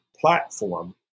platform